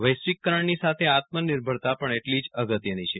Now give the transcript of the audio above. વૈશ્વિકરણની સાથે આત્મનિર્ભરતા પણ એટલી જ અગત્યની છે